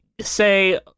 say